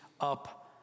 up